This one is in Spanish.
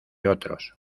otros